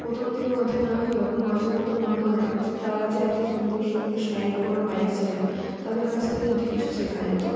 প্রথম দিকে মাথায় না আসলেও এখন মাঝে মধ্যে মনে হয় যে তারা যে এত সুন্দর সুন্দর স্টাইল করে বাইক চালায় তাদের কাছ থেকে যদি কিছু শেখা যেত